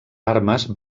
armes